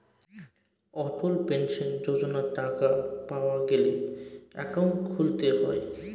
অটল pension যোজনার টাকা পাওয়া গেলে একাউন্ট খুলতে হয়